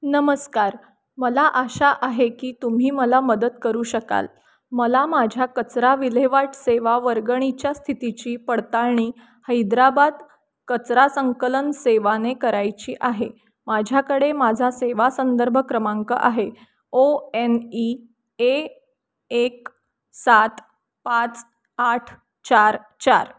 नमस्कार मला आशा आहे की तुम्ही मला मदत करू शकाल मला माझ्या कचरा विल्हेवाट सेवा वर्गणीच्या स्थितीची पडताळणी हैदराबाद कचरा संकलन सेवाने करायची आहे माझ्याकडे माझा सेवा संदर्भ क्रमांक आहे ओ एन ई ए एक सात पाच आठ चार चार